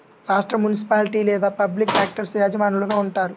రాష్ట్రం, మునిసిపాలిటీ లేదా public actors యజమానులుగా ఉంటారు